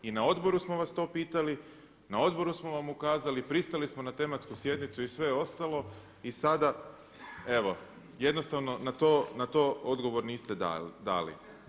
I na odboru smo vas to pitali, na odboru smo vam ukazali, pristali smo na tematsku sjednicu i sve ostalo i sada evo jednostavno na to odgovor niste dali.